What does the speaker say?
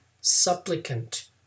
supplicant